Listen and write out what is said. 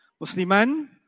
Musliman